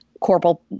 corporal